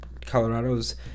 colorado's